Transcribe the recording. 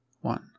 one